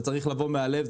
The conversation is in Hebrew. זה צריך לבוא מהלב,